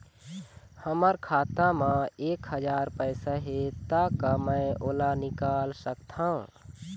हमर खाता मा एक हजार पैसा हे ता का मैं ओला निकाल सकथव?